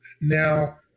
now